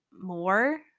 more